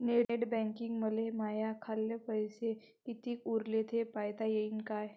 Net बँकिंगनं मले माह्या खाल्ल पैसा कितीक उरला थे पायता यीन काय?